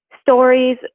stories